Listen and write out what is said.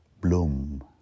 bloom